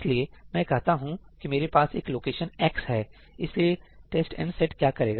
इसलिएमैं कहता हूं कि मेरे पास एक लोकेशन X है इसलिए टेस्ट एंड सेट क्या करेगा